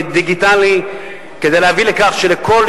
כבוד נשיא האספה של הרפובליקה של מקדוניה,